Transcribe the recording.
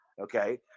okay